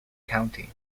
county